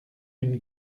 une